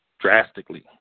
drastically